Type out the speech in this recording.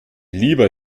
lieber